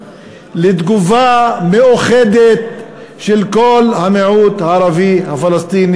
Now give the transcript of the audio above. לתגובה מאוחדת של כל המיעוט הערבי-הפלסטיני